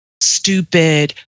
stupid